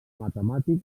matemàtic